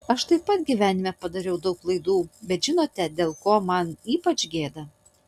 aš taip pat gyvenime padariau daug klaidų bet žinote dėl ko man ypač gėda